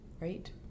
right